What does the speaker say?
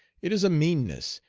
it is a meanness,